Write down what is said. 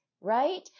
right